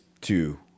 two